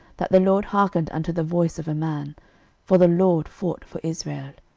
that the lord hearkened unto the voice of a man for the lord fought for israel.